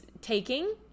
taking